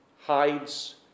hides